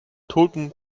tulpen